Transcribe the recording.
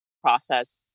process